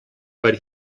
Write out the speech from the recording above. but